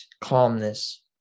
calmness